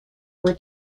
were